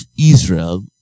Israel